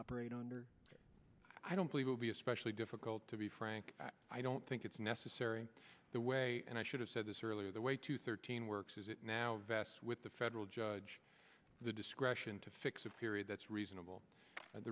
operate under i don't believe will be especially difficult to be frank i don't think it's necessary the way and i should have said this earlier the way to thirteen works is it now vests with the federal judge the discretion to fix a period that's reasonable and